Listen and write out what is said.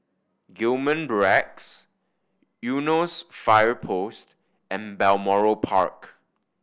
Gillman Barracks Eunos Fire Post and Balmoral Park